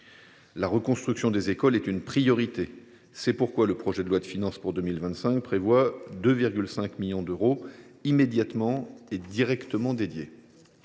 La reconstruction des écoles est une priorité. C’est pourquoi le projet de loi de finances pour 2025 prévoit 2,5 millions d’euros mobilisables immédiatement.